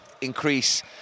increase